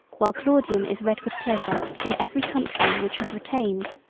while claudian is read with pleasure in every country which has retained,